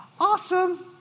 Awesome